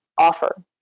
offer